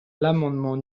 l’amendement